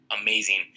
amazing